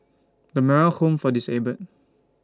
The Moral Home For Disabled